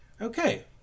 Okay